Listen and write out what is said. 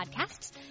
podcasts